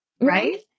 right